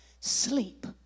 sleep